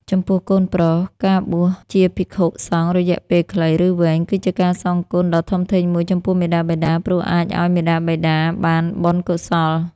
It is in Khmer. ចំពោះកូនប្រុស ការបួសជាភិក្ខុសង្ឃរយៈពេលខ្លី ឬវែង គឺជាការសងគុណដ៏ធំធេងមួយចំពោះមាតាបិតា ព្រោះអាចឲ្យមាតាបិតាបានបុណ្យកុសល។